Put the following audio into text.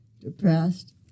depressed